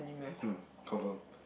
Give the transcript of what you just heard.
mm confirm